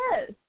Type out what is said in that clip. Yes